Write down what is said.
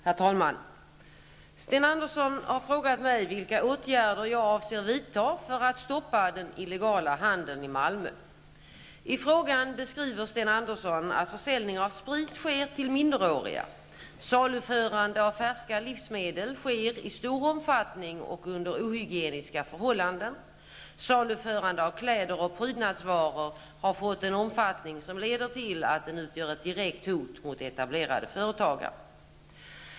Herr talman! Sten Andersson i Malmö har frågat mig vilka åtgärder jag avser vidta för att stoppa den illegala handeln i Malmö. I frågan beskriver Sten Andersson att försäljning av sprit sker till minderåriga. Saluförande av färska livsmedel sker i stor omfattning och under ohygieniska förhållanden. Saluförandet av kläder och prydnadsvaror har fått en omfattning som leder till att den utgör ett direkt hot mot etablerade företagare.